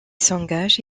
s’engage